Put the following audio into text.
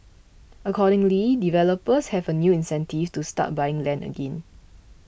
accordingly developers have a new incentive to start buying land again